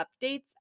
updates